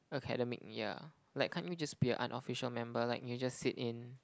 academic year like can't you just be a unofficial member like you just sit in